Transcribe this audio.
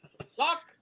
Suck